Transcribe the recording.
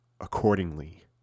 accordingly